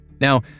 Now